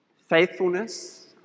faithfulness